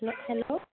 hello hello